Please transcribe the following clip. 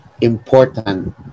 important